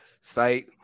site